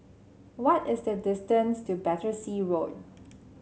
what is the distance to Battersea Road